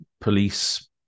police